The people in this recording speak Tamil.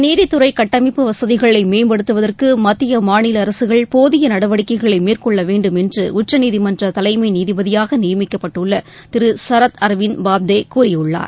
நீதித்துறை கட்டமைப்பு வசதிகளை மேம்படுத்துவதற்கு மத்திய மாநில அரசுகள் போதிய நடவடிக்கைகளை மேற்கொள்ள வேண்டும் என்று உச்சநீதிமன்ற தலைமை நீதிபதியாக நியமிக்கப்பட்டுள்ள திரு சரத் அரவிந்த் பாப்தே கூறியுள்ளார்